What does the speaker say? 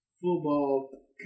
Football